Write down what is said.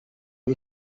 you